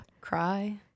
Cry